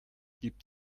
gibt